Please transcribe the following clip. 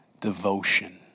devotion